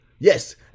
Yes